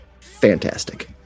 fantastic